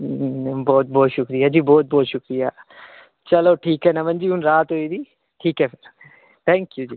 अम्मऽ बहुत बहुत शुक्रिया जी बहुत बहुत शुक्रिया चलो ठीक ऐ नमन जी हुन रात होई गेदी ठीक ऐ फिर थैन्कयू जी